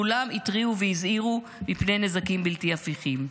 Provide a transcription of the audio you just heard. כולם התריעו והזהירו מפני נזקים בלתי הפיכים.